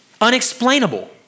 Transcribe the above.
unexplainable